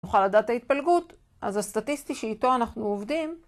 נוכל לדעת ההתפלגות, אז הסטטיסטי שאיתו אנחנו עובדים...